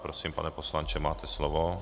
Prosím, pane poslanče, máte slovo.